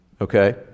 Okay